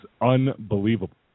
unbelievable